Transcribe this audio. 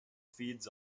feeds